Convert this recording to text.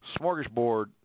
smorgasbord